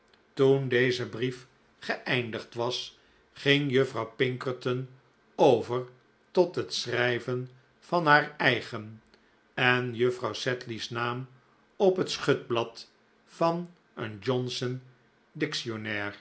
toen deze brief geeindigd was ging juffrouw pinkerton over tot het schrijven van haar eigen en juffrouw sedley's naam op het schutblad van een johnson